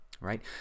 right